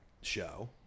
show